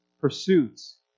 pursuits